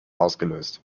ausgelöst